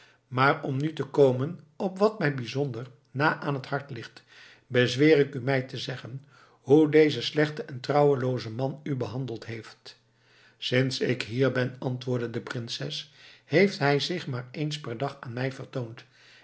maar om nu te komen op wat mij bijzonder na aan t hart ligt bezweer ik u mij te zeggen hoe deze slechte en trouwelooze man u behandeld heeft sinds ik hier ben antwoordde de prinses heeft hij zich maar eens per dag aan mij vertoond